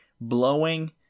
blowing